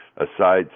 aside